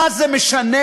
מה זה משנה?